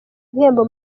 ibihembo